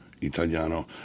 Italiano